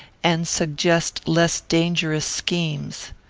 and suggest less dangerous schemes.